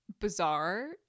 bizarre